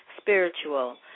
spiritual